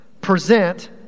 present